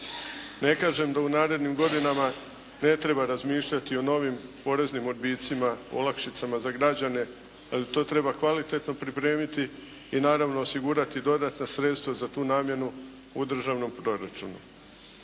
Ne kažem da u narednim godinama ne treba razmišljati o novim poreznim odbicima, olakšicama za građane. Ali to treba kvalitetno pripremiti i naravno osigurati dodatna sredstva za tu namjenu u državnom proračunu.